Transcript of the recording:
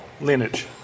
lineage